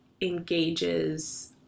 engages